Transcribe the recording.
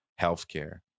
healthcare